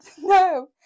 no